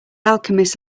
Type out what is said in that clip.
alchemist